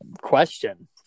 question